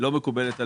לא מקובלת עלינו.